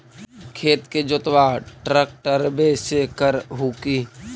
खेत के जोतबा ट्रकटर्बे से कर हू की?